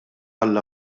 għall